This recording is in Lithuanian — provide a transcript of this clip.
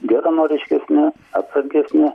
geranoriškesni atsargesni